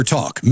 Talk